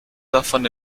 davon